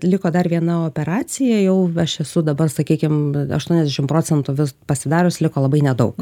liko dar viena operacija jau aš esu dabar sakykim aštuoniasdešim procentų vis pasidarius liko labai nedaug